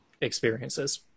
experiences